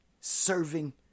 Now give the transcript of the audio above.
serving